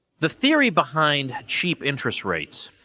the theory behind cheap interest rates